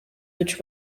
which